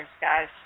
guys